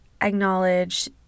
acknowledge